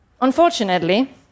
Unfortunately